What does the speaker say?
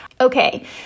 Okay